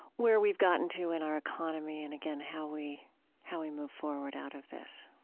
where we've gotten to in our economy and again how we how we move forward out of this